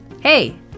Hey